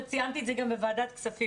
ציינתי את זה גם בוועדת הכספים,